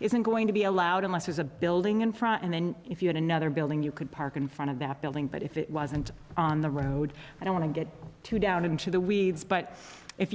isn't going to be allowed unless there's a building in front and then if you in another building you could park in front of napping but if it wasn't on the road and i want to get too down into the weeds but if